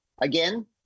again